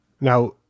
Now